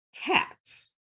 cats